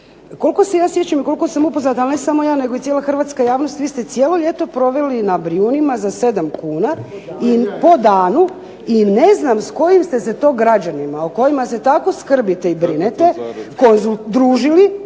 koliko se ja sjećam i koliko sam upoznata, ali ne samo ja nego i cijela hrvatska javnost vi ste cijelo ljeto proveli na Brijunima za 7 kuna po danu i ne znam s kojim ste se to građanima o kojima se tako skrbite i brinete družili,